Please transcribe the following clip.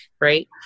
right